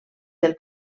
del